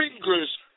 fingers